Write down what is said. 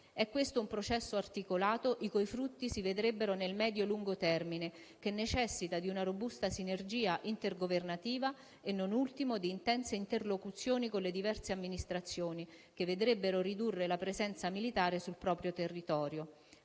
È questo un processo articolato, i cui frutti si vedrebbero nel medio-lungo termine, che necessita di una robusta sinergia intergovernativa e, non ultimo, di intense interlocuzioni con le diverse amministrazioni che vedrebbero ridurre la presenza militare sul proprio territorio.